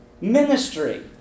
ministry